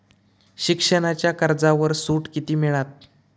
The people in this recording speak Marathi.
शिक्षणाच्या कर्जावर सूट किती मिळात?